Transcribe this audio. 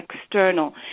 external